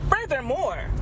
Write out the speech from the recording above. furthermore